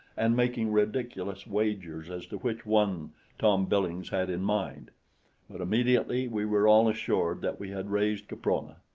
and making ridiculous wagers as to which one tom billings had in mind but immediately we were all assured that we had raised caprona,